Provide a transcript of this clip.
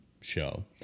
show